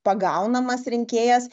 pagaunamas rinkėjas